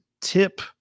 tip